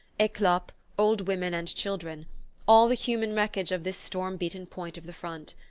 eclopes, old women and children all the human wreckage of this storm-beaten point of the front.